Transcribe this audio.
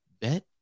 bet